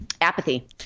apathy